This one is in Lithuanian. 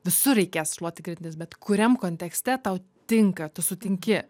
visur reikės šluoti grindis bet kuriam kontekste tau tinka tu sutinki